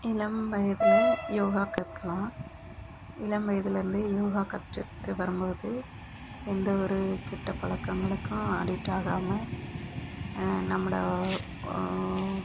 இளம் வயதில் யோகா கற்கலாம் இளம் வயதிலருந்து யோகா கற்றுக்கிட்டு வரும்போது எந்த ஒரு கெட்ட பழக்கங்களுக்கும் அடிக்ட் ஆகாம நம்மளை